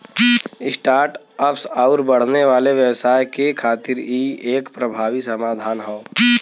start ups आउर बढ़ने वाले व्यवसाय के खातिर इ एक प्रभावी समाधान हौ